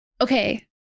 okay